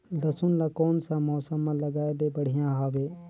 लसुन ला कोन सा मौसम मां लगाय ले बढ़िया हवे?